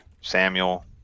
Samuel